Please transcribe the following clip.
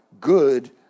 good